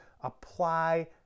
apply